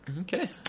Okay